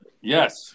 yes